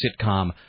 sitcom